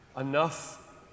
enough